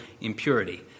impurity